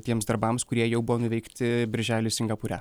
tiems darbams kurie jau buvo nuveikti birželį singapūre